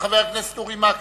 של חבר הכנסת אורי מקלב,